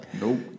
Nope